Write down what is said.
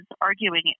arguing